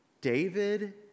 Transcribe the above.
David